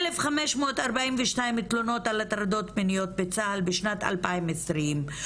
1,542 מתלוננות על הטרדות מיניות בצה"ל בשנת 2020,